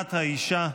"פינת האישה",